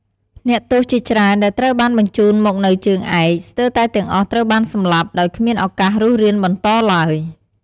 អ្នកទោសជាច្រើនដែលត្រូវបានបញ្ជូនមកនៅជើងឯក ស្ទើរតែទាំងអស់ត្រូវបានសម្លាប់ ដោយគ្មានឱកាសរស់រានបន្តឡើយ។